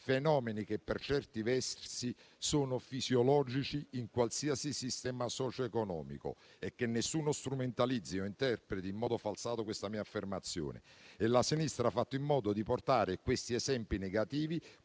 recenti, che per certi versi sono fisiologici in qualsiasi sistema socioeconomico, e nessuno strumentalizzi o interpreti in modo falsato questa mia affermazione. La sinistra ha fatto in modo di portare questi esempi negativi